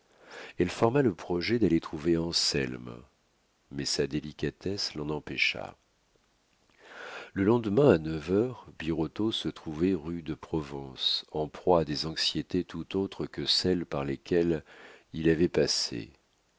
elle forma le projet d'aller trouver anselme mais sa délicatesse l'en empêcha le lendemain à neuf heures birotteau se trouvait rue de provence en proie à des anxiétés tout autres que celles par lesquelles il avait passé